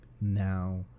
now